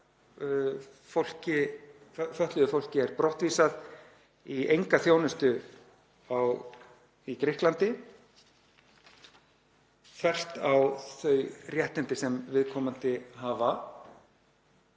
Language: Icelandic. þegar fötluðu fólki er brottvísað í enga þjónustu í Grikklandi, þvert á þau réttindi sem viðkomandi hafa.